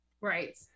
Right